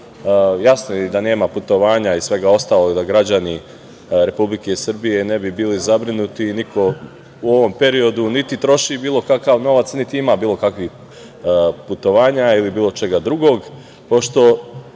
Jasno je i da nema putovanja i svega ostalog, da građani Republike Srbije ne bi bili zabrinuti. Niko u ovom periodu niti troši bilo kakav novac, niti ima bilo kakvih putovanja ili bilo čega drugog.